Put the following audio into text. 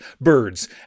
birds